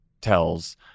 tells